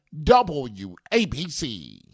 WABC